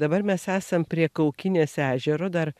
dabar mes esam prie kaukinės ežero dar